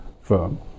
firm